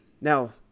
now